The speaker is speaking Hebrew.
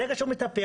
ברגע שהוא מתהפך,